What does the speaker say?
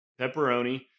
pepperoni